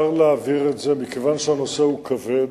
מכיוון שהנושא כבד,